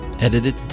Edited